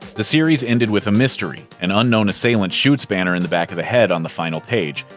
the series ended with a mystery an unknown assailant shoots banner in the back of the head on the final page,